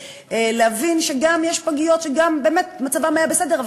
ולהבין שגם יש פגיות שמצבן היה בסדר,